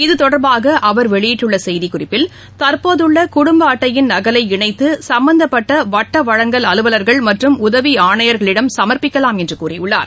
இதுதொடர்பாகஅவர் வெளியிட்டுள்ளசெய்திக் குறிப்பில் தற்போதுள்ளகுடும்பஅட்டையின் நகலை இணைத்துசம்மந்தப்பட்டவட்டவழங்கல் அலுவலர்கள் மற்றும் உதவிஆணையர்களிடம் சமர்ப்பிக்கலாம் என்றுகூறியுள்ளார்